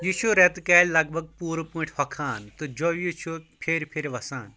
یہ چھُ ریٚتہٕ کالہِ لگ بگ پوٗرٕ پٲٹھۍ ہۄکھان تہٕ جۄیہِ چھُ پھیرِ پھیرِ وسان